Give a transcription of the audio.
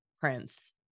prince